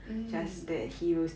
mm